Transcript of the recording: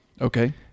okay